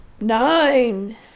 Nine